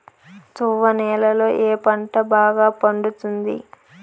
తువ్వ నేలలో ఏ పంట బాగా పండుతుంది?